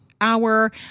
hour